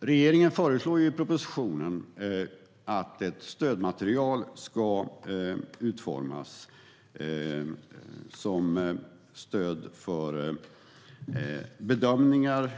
Regeringen föreslår i propositionen att ett stödmaterial ska utformas som stöd för bedömningar